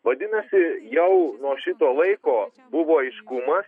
vadinasi jau nuo šito laiko buvo aiškuma